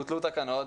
בוטלו תקנות,